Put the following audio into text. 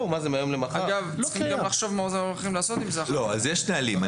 יש נהלים.